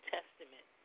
Testament